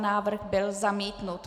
Návrh byl zamítnut.